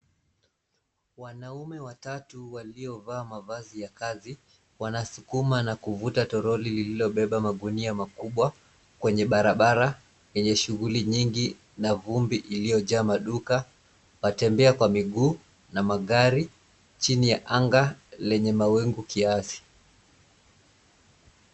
Wanaume watatu waliovaa mavazi ya kazi wanasukuma na kuvuta toroli lililobeba magunia makubwa kwenye barabara yenye shughuli nyingi na vumbi iliojaa maduka, watembea kwa miguu na magari chini ya anga lenye mawingu kiasi.